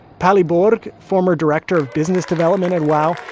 palli borg, former director of business development at wow,